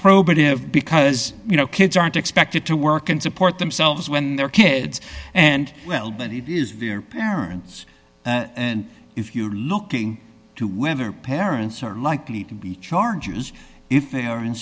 probative because you know kids aren't expected to work and support themselves when they're kids and well but it is their parents and if you're looking to whether parents are likely to be charges if they are in